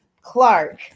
Clark